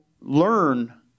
learn